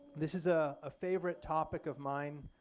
this is a ah favorite topic of mine.